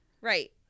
Right